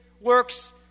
works